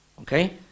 okay